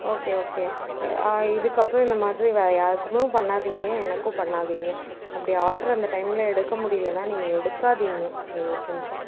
okay okay இதுக்கப்புறம் வேறு யாருக்குமே பண்ணாதீங்க எனக்கும் பண்ணாதீங்க அப்படியே ஆடரை அந்த டைமில் எடுக்க முடியலைன்னா நீங்கள் எடுக்காதீங்க தயவு செஞ்சு